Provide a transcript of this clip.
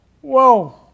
Whoa